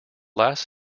last